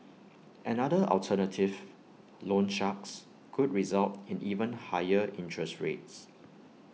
another alternative loan sharks could result in even higher interest rates